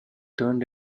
turned